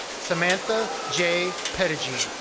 samantha j. petejean,